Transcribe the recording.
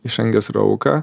išangės rauką